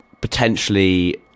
potentially